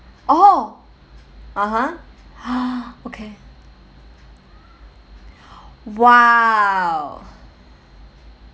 oh (uh huh) ha okay !wow!